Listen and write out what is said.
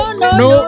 no